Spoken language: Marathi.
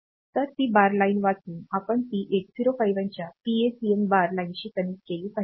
तर ती बार लाइन वाचून आपण ती 8051 च्या PSEN बार लाइनशी कनेक्ट केली पाहिजे